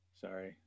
sorry